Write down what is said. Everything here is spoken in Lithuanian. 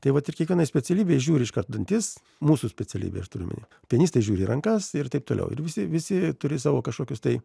tai va ir kiekvienai specialybei žiūri iškart dantis mūsų specialybei aš turiu omenyje pianistai žiūri į rankas ir taip toliau ir visi visi turi savo kažkokius tai